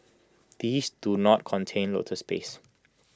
these do not contain lotus paste